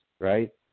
right